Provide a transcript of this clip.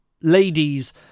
ladies